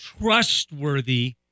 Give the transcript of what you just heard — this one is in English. trustworthy